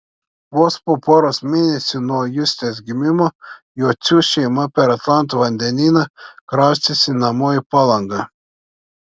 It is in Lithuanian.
vos po poros mėnesių nuo justės gimimo jocių šeima per atlanto vandenyną kraustėsi namo į palangą